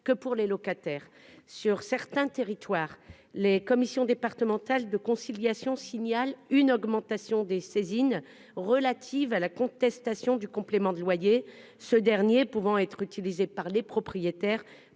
que pour les locataires. Dans certains territoires, les commissions départementales de conciliation signalent une augmentation des saisines relatives à la contestation du complément de loyer, ce dernier pouvant être utilisé par les propriétaires